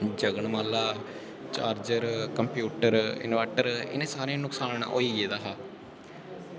जगनमाला charger computer inverter इ'नें सारें गी नुकसान होई गेदा हा